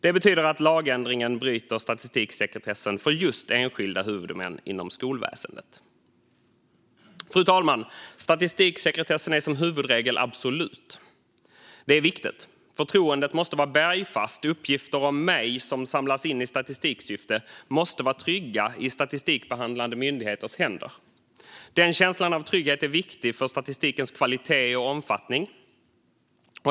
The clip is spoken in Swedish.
Det betyder att lagändringen bryter statistiksekretessen för just enskilda huvudmän inom skolväsendet. Fru talman! Statistiksekretessen är som huvudregel absolut. Det är viktigt. Förtroendet måste vara bergfast. Uppgifter om mig som samlas in i statistiksyfte måste vara trygga i statistikbehandlande myndigheters händer. Den känslan av trygghet är viktig för statistikens kvalitet och omfattning.